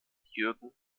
jürgen